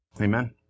Amen